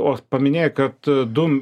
o paminėjai kad du